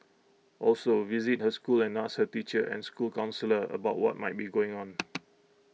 also visit her school and ask her teacher and school counsellor about what might be going on